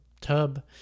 tub